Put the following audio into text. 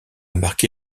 marqué